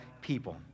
people